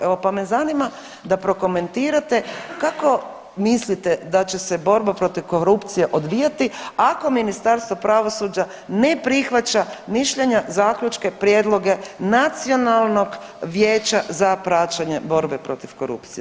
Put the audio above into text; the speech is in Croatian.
Evo pa me zanima da prokomentirate kako mislite da će se borba protiv korupcije odvijati ako Ministarstvo pravosuđa ne prihvaća mišljenja, zaključke, prijedloge Nacionalnog vijeća za praćenje borbe protiv korupcije?